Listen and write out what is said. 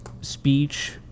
speech